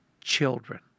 children